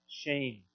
shame